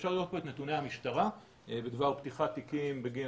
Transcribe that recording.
אפשר לראות פה את נתוני המשטרה בדבר פתיחת תיקים בגין